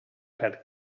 perd